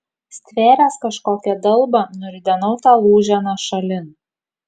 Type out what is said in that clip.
stvėręs kažkokią dalbą nuridenau tą lūženą šalin